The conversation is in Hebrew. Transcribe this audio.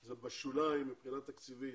זה בשוליים מבחינה תקציבית.